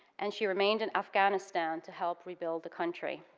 and, she remained in afghanistan to help rebuild the country.